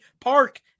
Park